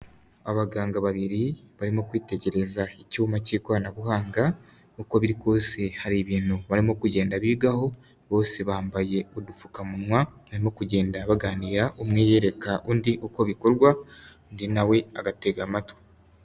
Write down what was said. Abaganga babiri barimo kwitegereza icyuma cy'ikoranabuhanga uko biri kose hari ibintu barimo kugenda bigaho bose bambaye udupfukamunwa, barimo kugenda baganira umweyereka undi uko bikorwa undi na we agatega amatwi.